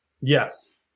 Yes